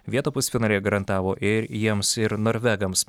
vietą pusfinalyje garantavo ir jiems ir norvegams